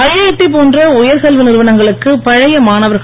IIT போன்ற உயர்கல்வி நிறுவனங்களுக்கு பழைய மாணவர்கள்